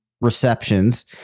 receptions